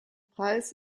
preis